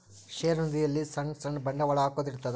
ಷೇರು ನಿಧಿ ಅಲ್ಲಿ ಸಣ್ ಸಣ್ ಬಂಡವಾಳ ಹಾಕೊದ್ ಇರ್ತದ